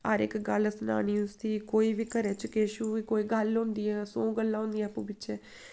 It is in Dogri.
हर इक गल्ल सनानी उस्सी कोई बी घरै च किश बी कोई गल्ल होंदी सौ गल्लां होंदियां आपूं बिच्चें